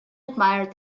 admired